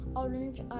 orange